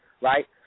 right